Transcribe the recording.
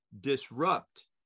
disrupt